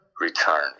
return